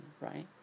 right